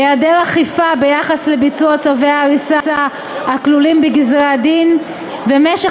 היעדר אכיפה ביחס לביצוע צווי ההריסה הכלולים בגזרי-הדין ומשך